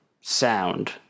sound